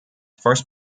first